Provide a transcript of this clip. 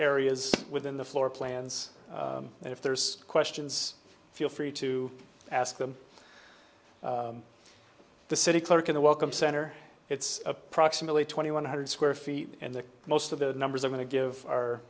areas within the floor plans and if there's questions feel free to ask them the city clerk in the welcome center it's approximately twenty one hundred square feet and most of the numbers are going to give our